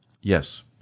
Yes